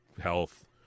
health